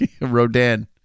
Rodan